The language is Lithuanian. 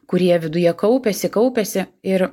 kurie viduje kaupiasi kaupiasi ir